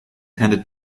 handed